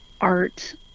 art